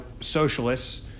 socialists